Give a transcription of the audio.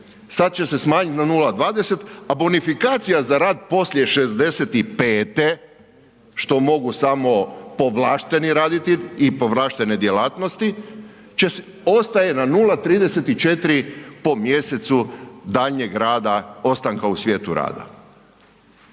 Sad će se smanjit na 0,20, a bonifikacija za rad poslije 65 što mogu samo povlašteni raditi i povlaštene djelatnosti će se, ostaje na 0,34 po mjesecu daljnjeg rada, ostanka u svijetu rad.